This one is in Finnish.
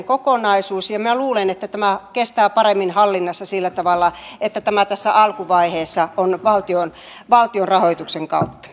kokonaisuus ja minä luulen että tämä kestää paremmin hallinnassa sillä tavalla että tämä tässä alkuvaiheessa on valtion rahoituksen kautta